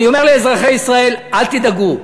אני אומר לאזרחי ישראל: אל תדאגו,